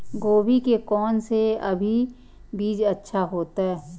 गोभी के कोन से अभी बीज अच्छा होते?